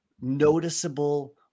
noticeable